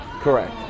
Correct